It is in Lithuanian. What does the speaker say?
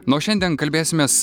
na o šiandien kalbėsimės